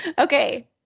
Okay